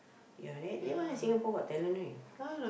ya then that one the Singapore-Got-Talent right